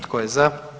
Tko je za?